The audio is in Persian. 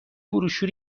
بروشور